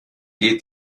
geht